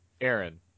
Aaron